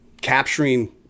capturing